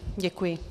Děkuji.